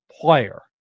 player